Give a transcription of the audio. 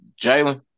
Jalen